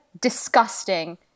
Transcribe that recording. Disgusting